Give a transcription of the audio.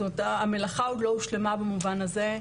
המלאכה עוד לא הושלמה במובן הזה,